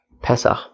Pesach